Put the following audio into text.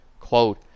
quote